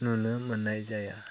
नुनो मोननाय जाया